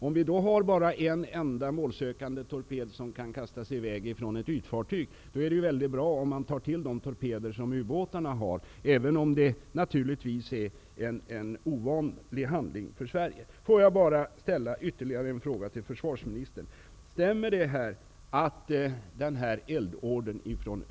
Om det bara finns en enda målsökande torped som kan kastas i väg från ett ytfartyg, är det ju väldigt bra om man tar till de torpeder som ubåtarna har, även om det naturligtvis är en för Sverige ovanlig handling.